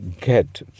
get